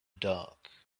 dark